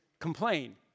complain